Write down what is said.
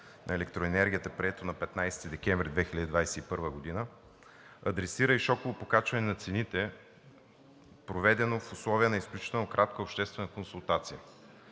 на електроенергията, прието на 15 декември 2021 г., адресира и шоково покачване на цените, проведено в условията на изключително кратка обществена консултация